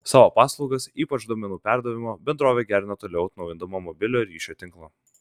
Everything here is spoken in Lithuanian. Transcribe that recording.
savo paslaugas ypač duomenų perdavimo bendrovė gerina toliau atnaujindama mobiliojo ryšio tinklą